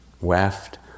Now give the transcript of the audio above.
weft